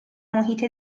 محیط